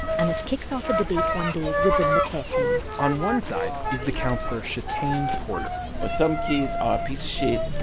and it kicks off a debate one day within the care team on one side is the counselor shatane porter but some kids are a piece of shit